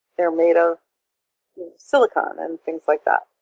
they're made of silicon and things like that,